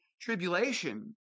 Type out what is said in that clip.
tribulation